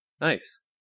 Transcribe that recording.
Nice